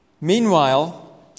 Meanwhile